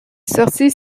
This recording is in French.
sortit